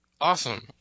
awesome